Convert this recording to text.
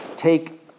Take